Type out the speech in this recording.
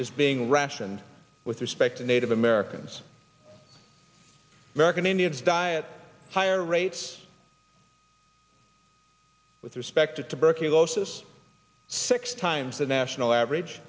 is being rationed with respect to native americans american indians diet higher rates with respect to tuberculosis six times the national average